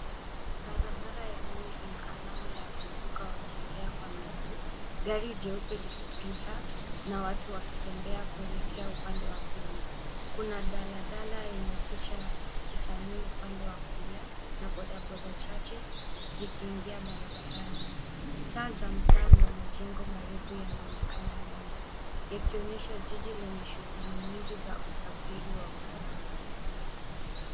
Barabara ya lami ina alama ya kuvuka watembea kwa miguu, gari jeupe likipita na watu wakitembea kuelekea upande wa pili. Kuna daladala yenye picha kisanii upande wa kulia na bodaboda chache zikiingia barabarani. Taa za mtaa na majengo marefu yanaonekana nyuma yakionyesha jiji lenye shughuli nyingi za usafiri wa umma.